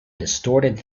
distorted